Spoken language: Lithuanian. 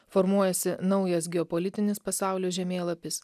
formuojasi naujas geopolitinis pasaulio žemėlapis